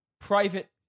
private